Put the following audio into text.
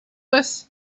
with